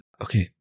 okay